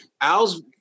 Al's